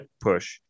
push